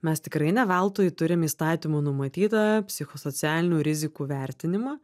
mes tikrai ne veltui turim įstatymų numatytą psichosocialinių rizikų vertinimą